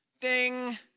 ding